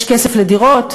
יש כסף לדירות,